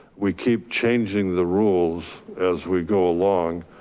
we keep changing the rules as we go along.